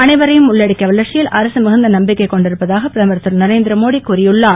அனைவரையும் உள்ளடக்கிய வளர்ச்சியில் அரசு மிகுந்த நம்பிக்கை கொண்டுள்ளதாக பிரதமர் திருநரேந்திர மோடி கூறியுள்ளார்